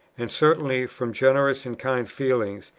and certainly from generous and kind feeling,